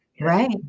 right